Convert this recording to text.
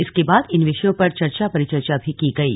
इसके बाद इन विषयों पर चर्चा परिचर्चा भी की गयी